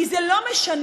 כי זה לא משנה,